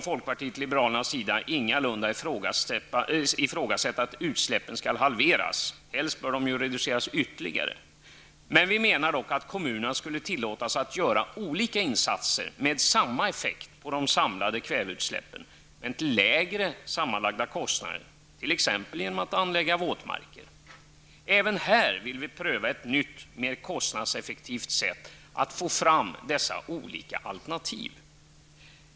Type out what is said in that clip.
Folkpartiet liberalerna vill ingalunda ifrågasätta att utsläppen skall halveras -- helst bör de reduceras ytterligare. Vi menar dock att kommunerna skulle tillåtas att göra olika insatser med samma effekt på de samlade kväveutsläppen men till lägre sammanlagda kostnader, t.ex. genom att anlägga våtmarker. Även här vill vi föreslå ett nytt, mer kostnadseffektivt sätt att få fram de olika alternativen.